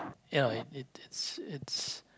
ya it it it's it's